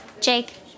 Jake